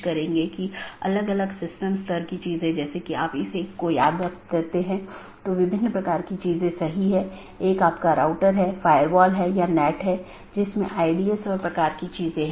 BGP के संबंध में मार्ग रूट और रास्ते पाथ एक रूट गंतव्य के लिए पथ का वर्णन करने वाले विशेषताओं के संग्रह के साथ एक गंतव्य NLRI प्रारूप द्वारा निर्दिष्ट गंतव्य को जोड़ता है